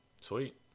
Sweet